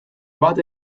bat